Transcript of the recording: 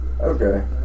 Okay